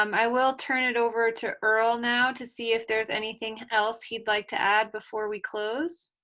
um i will turn it over to earle now to see if there's anything else he'd like to add before we close